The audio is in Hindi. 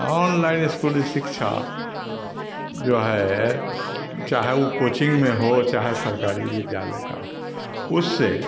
ऑनलाइन इस्कूली शिक्षा जो है चाहे वह कोचिंग में हो चाहे सरकारी विद्यालय का हो उससे